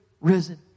risen